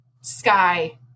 sky